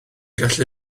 gallu